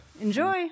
Enjoy